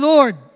Lord